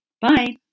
bye